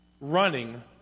Running